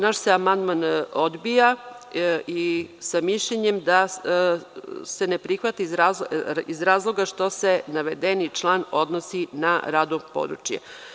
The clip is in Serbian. Naš se amandman odbija sa mišljenjem da se ne prihvata iz razloga što se navedeni član odnosi na radno područje.